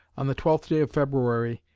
on the twelfth day of february,